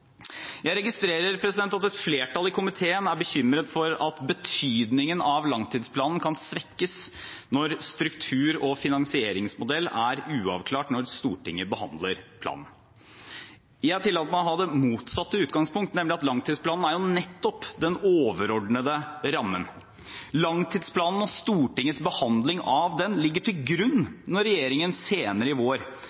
Jeg registrerer at et flertall i komiteen er bekymret for at betydningen av langtidsplanen kan svekkes når struktur og finansieringsmodell er uavklart når Stortinget behandler planen. Jeg tillater meg å ha det motsatte utgangspunkt – langtidsplanen er jo nettopp den overordnede rammen. Langtidsplanen, og Stortingets behandling av den, ligger til grunn når regjeringen senere i vår